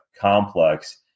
complex